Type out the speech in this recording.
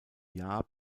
jahr